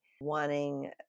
wanting